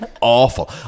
awful